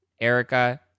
Erica